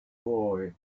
boy